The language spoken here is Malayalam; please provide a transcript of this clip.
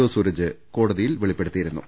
ഒ സൂരജ് കോടതിയിൽ വെളിപ്പെടുത്തിയിരു ന്നു